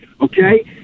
okay